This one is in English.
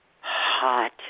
hot